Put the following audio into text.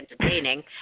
entertaining